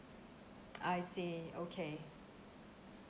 I see okay